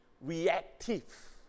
reactive